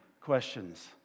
questions